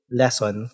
lesson